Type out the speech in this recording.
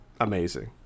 amazing